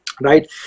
right